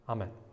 Amen